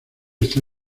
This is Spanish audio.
está